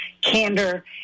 candor